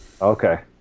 Okay